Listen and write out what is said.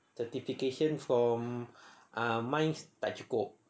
certification from uh minds tak cukup